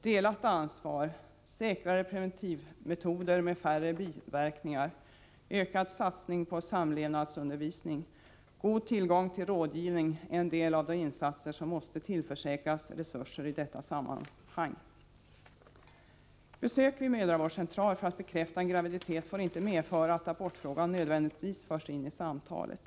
Delat ansvar, säkrare preventivmetoder med färre biverkningar, ökad satsning på samlevnadsundervisning, god tillgång till rådgivning är en del av de insatser som måste tillförsäkras resurser i detta sammanhang. Besök vid mödravårdscentral för att bekräfta en graviditet får inte medföra att abortfrågan nödvändigtvis förs in i samtalet.